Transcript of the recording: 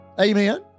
Amen